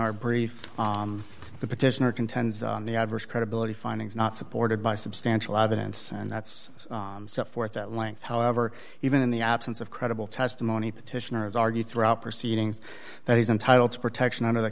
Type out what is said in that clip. our brief the petitioner contends on the adverse credibility findings not supported by substantial evidence and that's so forth at length however even in the absence of credible testimony petitioners argue throughout proceedings that he's entitled to protection under the